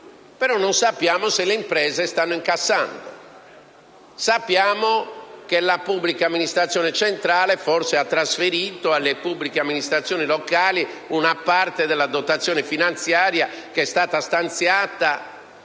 però non sappiamo se le imprese stanno incassando. Sappiamo che la pubblica amministrazione centrale forse ha trasferito alle pubbliche amministrazioni locali una parte della dotazione finanziaria che è stata stanziata